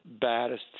baddest